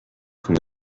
from